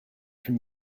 from